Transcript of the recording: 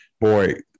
Boy